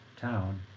town